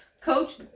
Coach